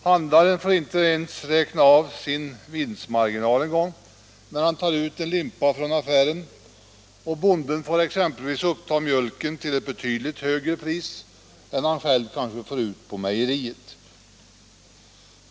Handlaren får inte räkna av sin vinstmarginal en gång när han tar ut en limpa från affären, och bonden får uppta exempelvis mjölken till ett betydligt högre pris än han själv får på mejeriet.